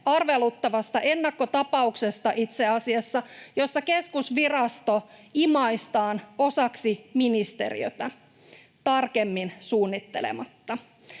arveluttavasta ennakkotapauksesta, jossa keskusvirasto imaistaan osaksi ministeriötä tarkemmin suunnittelematta.